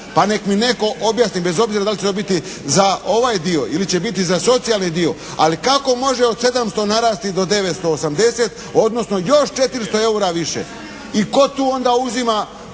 A nek mi netko objasni, bez obzira da li će to biti za ovaj dio ili će biti za socijalni dio, ali kako može od 700 narasti do 980, odnosno još 400 eura više. I tko tu onda uzima